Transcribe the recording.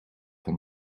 van